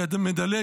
אני מדלג.